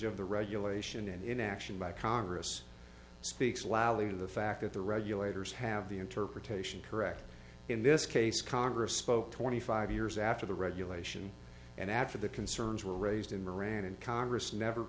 of the regulation and inaction by congress speaks loudly of the fact that the regulators have the interpretation correct in this case congress spoke twenty five years after the regulation and after the concerns were raised in moran and congress never